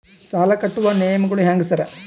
ಸಾಲ ಕಟ್ಟುವ ನಿಯಮಗಳು ಹ್ಯಾಂಗ್ ಸಾರ್?